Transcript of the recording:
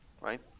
right